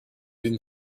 been